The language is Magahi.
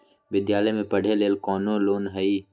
विद्यालय में पढ़े लेल कौनो लोन हई?